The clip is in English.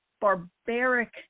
barbaric